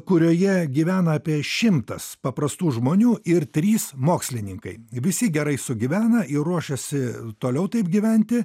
kurioje gyvena apie šimtas paprastų žmonių ir trys mokslininkai visi gerai sugyvena ir ruošiasi toliau taip gyventi